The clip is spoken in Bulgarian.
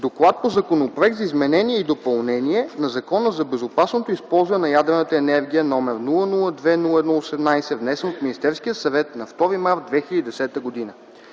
четене на Законопроект за изменение и допълнение на Закона за безопасно използване на ядрената енергия, № 002-01-18, внесен от Министерския съвет на 2 март 2010 г.